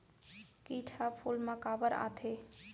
किट ह फूल मा काबर आथे?